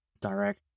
direct